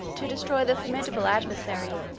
to destroy the formidable adversary,